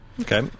Okay